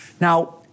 Now